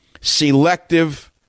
Selective